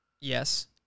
Yes